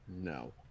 No